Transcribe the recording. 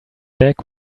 back